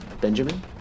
Benjamin